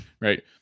right